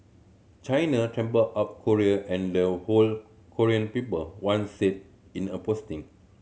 China trampled up Korea and the whole Korean people one said in a posting